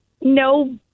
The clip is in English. No